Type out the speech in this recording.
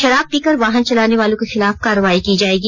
शराब पीकर वाहन चलाने वालों के खिलाफ कार्रवाई की जाएगी